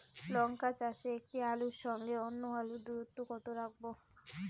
লঙ্কা চাষে একটি আলুর সঙ্গে অন্য আলুর দূরত্ব কত রাখবো?